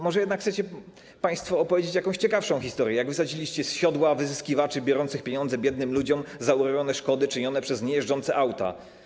Może jednak chcecie państwo opowiedzieć jakąś ciekawszą historię, jak wysadziliście z siodła wyzyskiwaczy biorących pieniądze biednym ludziom za urojone szkody czynione przez niejeżdżące auta.